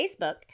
Facebook